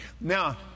Now